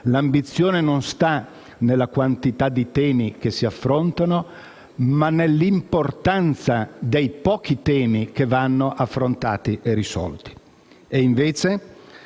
L'ambizione non sta nella quantità di temi che si affrontano, ma nell'importanza dei pochi temi che vanno affrontati e risolti. Invece,